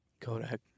Kodak